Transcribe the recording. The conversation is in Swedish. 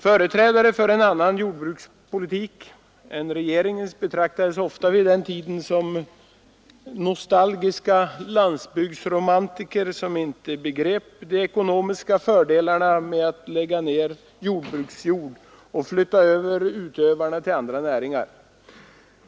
Företrädarna för en annan jordbrukspolitik än regeringens betraktades ofta vid den tiden som nostalgiska landsbygdsromantiker, som inte begrep de ekonomiska fördelarna med att lägga ned jordbruksjord och flytta över utövarna till andra näringar.